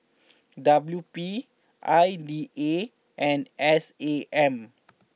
W P I D A and S A M